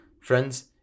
Friends